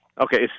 Okay